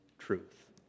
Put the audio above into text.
truth